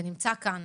שנמצא כאן,